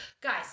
guys